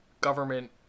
government